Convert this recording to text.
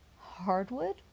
hardwood